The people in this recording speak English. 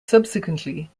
subsequently